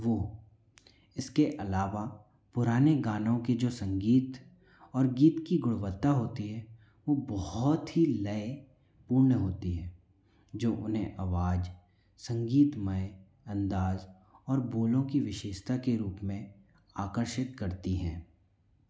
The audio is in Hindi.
वो इसके अलावा पुराने गानों की जो संगीत और गीत की गुणवत्ता होती है वो बहुत ही लए पूर्ण होती है जो उन्हें आवाज संगीत में अंदाज और बोलो की विशेषता के रूप में आकर्षित करती हैं